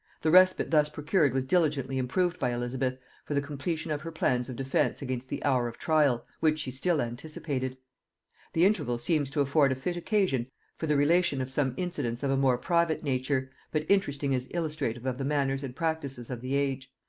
the respite thus procured was diligently improved by elizabeth for the completion of her plans of defence against the hour of trial, which she still anticipated the interval seems to afford a fit occasion for the relation of some incidents of a more private nature, but interesting as illustrative of the manners and practices of the age.